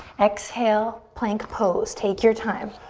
exhale, plank pose. take your time.